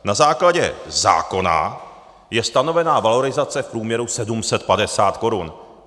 Na základě zákona je stanovena valorizace v průměru 750 korun.